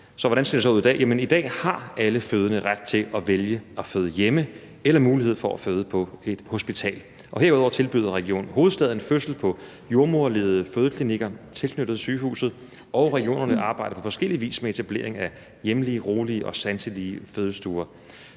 I dag har alle fødende ret til at vælge at føde hjemme eller mulighed for at føde på et hospital. Herudover tilbyder Region Hovedstaden fødsel på jordemoderledede fødeklinikker tilknyttet sygehuset, og regionerne arbejder på forskellig vis med etablering af hjemlige, rolige og sanselige fødestuer.